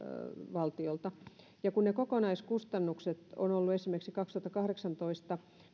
valtiolta kun ne kokonaiskustannukset ovat esimerkiksi kaksituhattakahdeksantoista